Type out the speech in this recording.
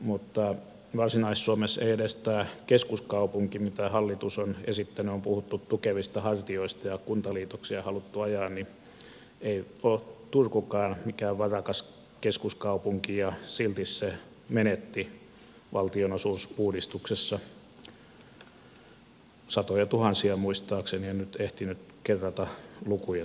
mutta varsinais suomessa ei edes tämä keskuskaupunki mitä hallitus on esittänyt kun on puhuttu tukevista hartioista ja kuntaliitoksia haluttu ajaa eli turku mikään varakas keskuskaupunki ole ja silti se menetti valtionosuusuudistuksessa satojatuhansia muistaakseni en nyt ehtinyt kerrata lukuja tuolta